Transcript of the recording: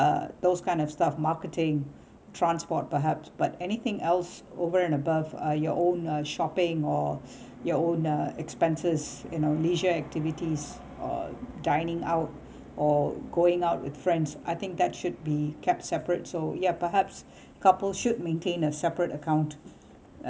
uh those kind of stuff marketing transport perhaps but anything else over and above are your own uh shopping or your own uh expenses you know leisure activities or dining out or going out with friends I think that should be kept separate so yup perhaps couple should maintain a separate account uh